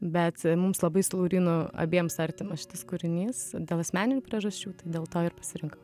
bet mums labai su laurynu abiems artimas šis kūrinys dėl asmeninių priežasčių dėl to ir pasirenka